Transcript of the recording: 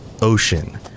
ocean